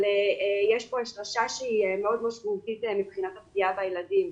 אבל יש פה השרשה שהיא מאוד משמעותית מבחינת הפגיעה בילדים.